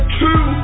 two